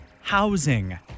Housing